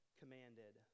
commanded